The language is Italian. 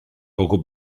poco